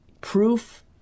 Proof